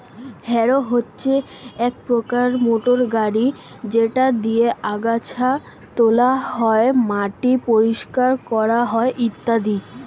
harrow হচ্ছে এক প্রকার মোটর গাড়ি যেটা দিয়ে আগাছা তোলা হয়, মাটি পরিষ্কার করা হয় ইত্যাদি